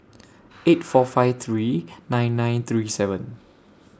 eight four five three nine nine three seven